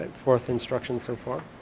fourth instruction, so far.